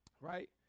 right